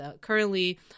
currently